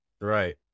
Right